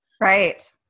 Right